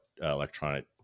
electronic